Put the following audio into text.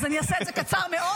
אז אני אעשה את זה קצר מאוד.